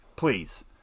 Please